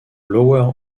lower